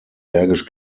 bergisch